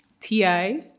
ti